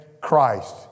Christ